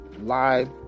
live